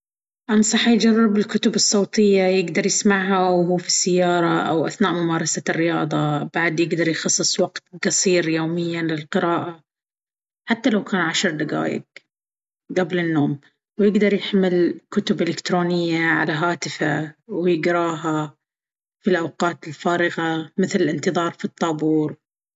أنصحه يجرب الكتب الصوتية، يقدر يسمعها وهو في السيارة أو أثناء ممارسة الرياضة. بعد، يقدر يخصص وقت قصير يومياً للقراءة، حتى لو كان عشر دقايق قبل النوم. ويقدر يحمل كتب إلكترونية على هاتفه ويقرأها في الأوقات الفارغة مثل الانتظار في الطابور.